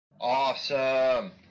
Awesome